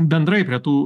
bendrai prie tų